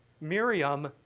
Miriam